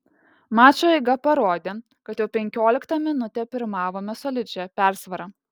mačo eiga parodė kad jau penkioliktą minutę pirmavome solidžia persvara